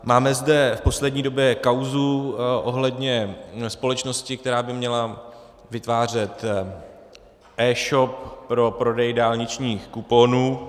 Máme zde v poslední době kauzu ohledně společnosti, která by měla vytvářet eshop pro prodej dálničních kuponů.